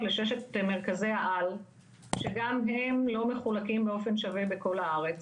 לששת מרכזי העל שגם הם לא מחולקים באופן שווה בכל נ\הארץ,